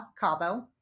cabo